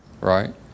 right